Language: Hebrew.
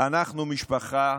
אנחנו משפחה.